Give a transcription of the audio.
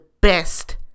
best